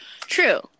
True